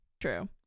true